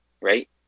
right